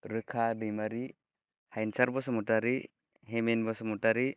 रोखा दैमारि हायेनसार बसुमतारि हेमेन बसुमतारि